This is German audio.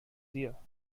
dir